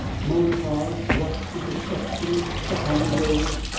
motor-cars rushed to destruction upon the roads,